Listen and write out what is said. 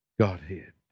Godhead